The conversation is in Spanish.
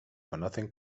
conocen